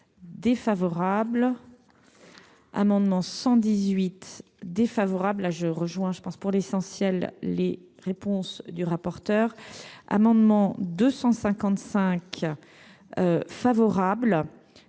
défavorable, amendement 118 défavorable là je rejoins, je pense, pour l'essentiel les réponses du rapporteur, amendement 255 favorable,